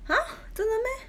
!huh! 真的 meh